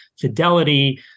fidelity